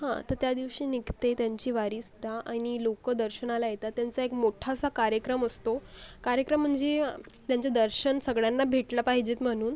हं तर त्यादिवशी निघते त्यांची वारीसुद्धा आणि लोक दर्शनाला येतात त्यांचा एक मोठासा कार्यक्रम असतो कार्यक्रम म्हणजे त्यांचं दर्शन सगळ्यांना भेटलं पाहिजेत म्हणून